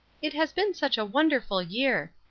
it has been such a wonderful year!